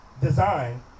design